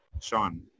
Sean